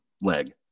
leg